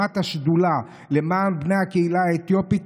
על הקמת השדולה למען בני הקהילה האתיופית,